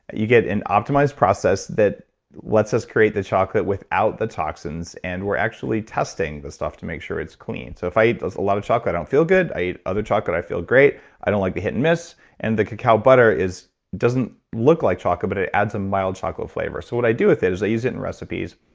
you get an optimized process that lets us create the chocolate without the toxins. and we're actually testing the stuff to make sure it's clean. so if i eat a lot of chocolate, i don't feel good. i eat other chocolate, i feel great. i don't like the hit and miss and the cacao butter doesn't look like chocolate, but it it adds a mild chocolate flavor so what i do with it is i use it in recipes.